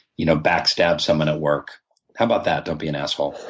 you know backstab someone at work. how about that? don't be an asshole. is